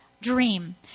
dream